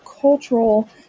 cultural